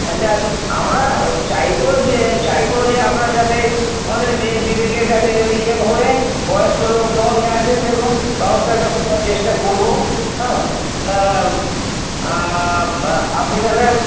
যাক আমরা চাইব যে চাইব যে আপনার যাতে বিবেকের কাছে যদি ইয়ে হয়ে বয়স্ক লোক যেমন আছে সেরকম ব্যবস্থা একটা করার চেষ্টা করব হ্যাঁ আপনি তাহলে